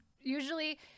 usually